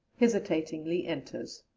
hesitatingly enters.